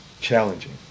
challenging